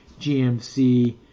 GMC